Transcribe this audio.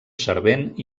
servent